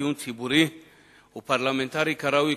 דיון ציבורי ופרלמנטרי כראוי.